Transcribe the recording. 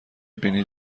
بینی